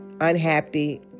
unhappy